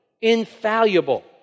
infallible